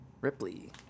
Ripley